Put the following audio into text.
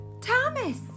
Thomas